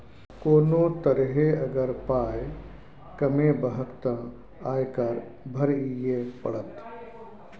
कोनो तरहे अगर पाय कमेबहक तँ आयकर भरइये पड़त